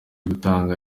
gutangwa